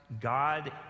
God